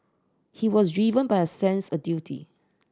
he was driven by a sense a duty